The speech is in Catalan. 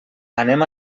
anem